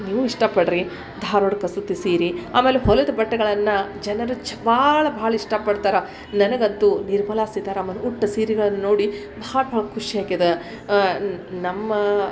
ನೀವೂ ಇಷ್ಟಪಡಿರಿ ಧಾರ್ವಾಡ ಕಸೂತಿ ಸೀರೆ ಆಮೇಲೆ ಹೊಲಿದ ಬಟ್ಟೆಗಳನ್ನು ಜನರು ಚ ಭಾಳ ಭಾಳ ಇಷ್ಟಪಡ್ತಾರೆ ನನಗಂತೂ ನಿರ್ಮಲಾ ಸೀತಾರಾಮನ್ ಉಟ್ಟ ಸೀರಿಗಳನ್ನು ನೋಡಿ ಭಾಳ ಭಾಳ ಖುಷಿ ಆಗ್ಯದ ನಮ್ಮ